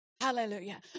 Hallelujah